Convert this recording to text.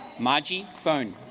margie phone